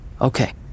Okay